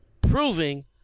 Proving